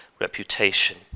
reputation